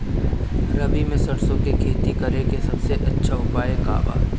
रबी में सरसो के खेती करे के सबसे अच्छा उपाय का बा?